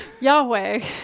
Yahweh